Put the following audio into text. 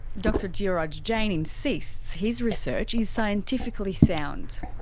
dr jeoraj jain insists his research is scientifically sound.